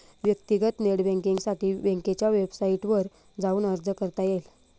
व्यक्तीगत नेट बँकींगसाठी बँकेच्या वेबसाईटवर जाऊन अर्ज करता येईल